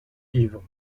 ivre